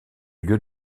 lieu